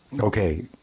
okay